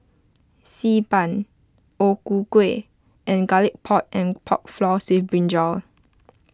Xi Ban O Ku Kueh and Garlic Pork and Pork Floss with Brinjal